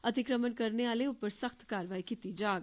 अतिक्रमण करने आलें उप्पर सख्त कारवाई कीती जाग